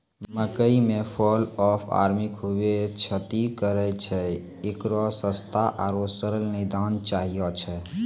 मकई मे fall of army खूबे क्षति करेय छैय, इकरो सस्ता आरु सरल निदान चाहियो छैय?